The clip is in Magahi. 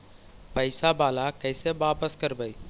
पैसा बाला कैसे बापस करबय?